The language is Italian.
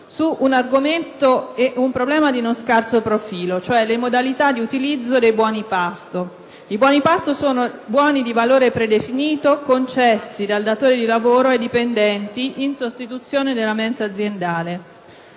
su un argomento e un problema non di scarso profilo: le modalità di utilizzo dei buoni pasto, che sono buoni di valore predefinito concessi dai datori di lavoro ai dipendenti in sostituzione della mensa aziendale.